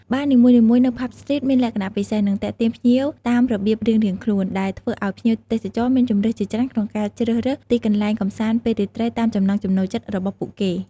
បារនីមួយៗនៅ ផាប់ ស្ទ្រីត មានលក្ខណៈពិសេស និងទាក់ទាញភ្ញៀវតាមរបៀបរៀងៗខ្លួន ដែលធ្វើឲ្យភ្ញៀវទេសចរមានជម្រើសជាច្រើនក្នុងការជ្រើសរើសទីកន្លែងកម្សាន្តពេលរាត្រីតាមចំណង់ចំណូលចិត្តរបស់ពួកគេ។